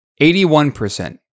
81%